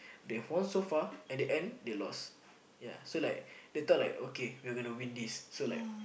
they fall so far at the end they lost yeah so like they thought like we gonna win this so like